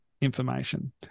information